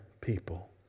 people